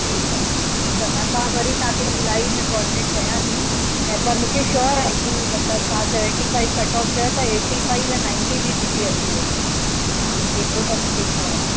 ठीकु आहे ठीकु आहे मेम मां वरी तव्हांखे जुलाई में कॉर्डीनेट कयां थी ऐं पर मूंखे श्योर आहे की मतिलब तव्हां सेविनटी फ़ाइव कट ऑफ़ चयो था ऐटी फ़ाइव नाइटी मुंहिंजी अची वेंदी एतिरो त मूंखे श्योर आहे हा